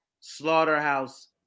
Slaughterhouse